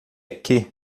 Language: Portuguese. que